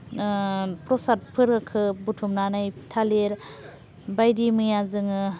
प्रसादफोरखो बुथुमनानै थालिर बायदि मैया जोङो